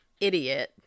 idiot